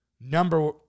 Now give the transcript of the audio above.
number